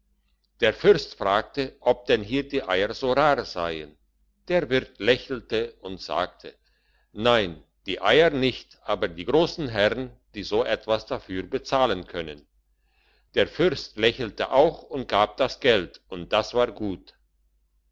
der fürst fragte ob denn hier die eier so rar seien der wirt lächelte und sagte nein die eier nicht aber die grossen herren die so etwas dafür bezahlen können der fürst lächelte auch und gab das geld und das war gut